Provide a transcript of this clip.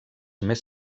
més